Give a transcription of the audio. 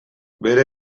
bere